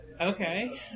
Okay